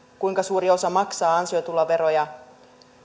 kuinka suuri osa maksaa ansiotuloveroja